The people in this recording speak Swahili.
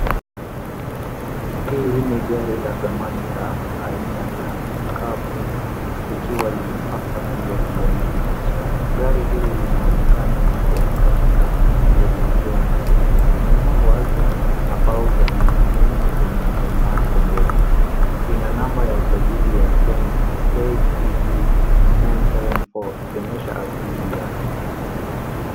Hili ni gari la zamani la aina ya pikapu. Likiwa limepakwa rangi yani kijani kibichi. Gari hili linaonekana liko katika hali nzuri likiwa na sehemu ya nyuma wazi, na fauza nyuma zinazong'aa pembeni. Ina namba ya usajili ya kenya KEB 974 ikionyesha asili yake.